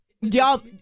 y'all